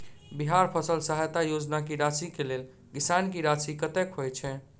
बिहार फसल सहायता योजना की राशि केँ लेल किसान की राशि कतेक होए छै?